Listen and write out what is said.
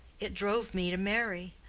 it drove me to marry.